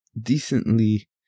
decently